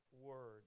word